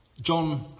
John